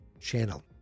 channel